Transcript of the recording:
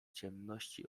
ciemności